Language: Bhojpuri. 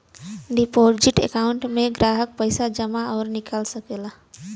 डिपोजिट अकांउट में ग्राहक पइसा जमा आउर निकाल सकला